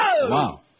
Wow